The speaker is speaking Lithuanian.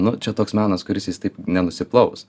nu čia toks menas kuris jis taip nenusiplaus